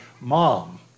mom